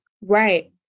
right